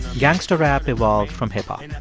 gangster rap evolved from hip-hop.